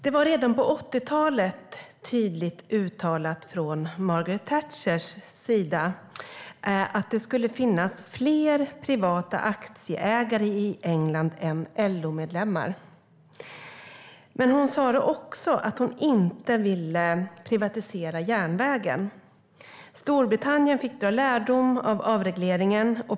Det var redan på 80-talet tydligt uttalat från Margaret Thatchers sida att det skulle finnas fler privata aktieägare i England än LO-medlemmar. Men hon sa också att hon inte ville privatisera järnvägen. Storbritannien fick dra lärdom av avregleringen.